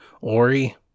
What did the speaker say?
ori